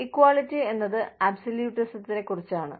equality എന്നത് ആബ്സലൂറ്റിസത്തെക്കുറിച്ചാണ്